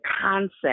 concept